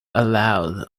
allowed